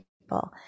people